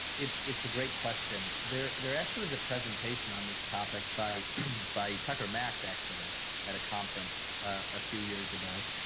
it's it's a great question. there there actually was a presentation on this topic by by tecromax actually at a conference a few years ago.